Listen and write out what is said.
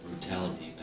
brutality